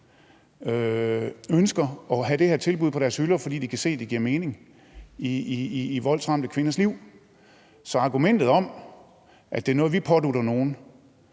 ønsker at have det her tilbud på deres hylder, fordi de kan se, at det giver mening i voldsramte kvinders liv. Så argumentet om, at det er noget, som vi pådutter nogen,